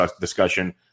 discussion